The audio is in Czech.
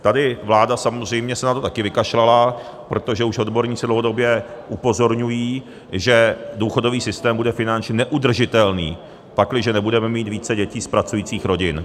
Tady se na to vláda samozřejmě také vykašlala, protože odborníci už dlouhodobě upozorňují, že důchodový systém bude finančně neudržitelný, pakliže nebudeme mít více dětí z pracujících rodin.